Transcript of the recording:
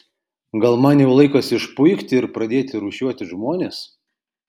gal man jau laikas išpuikti ir pradėti rūšiuoti žmones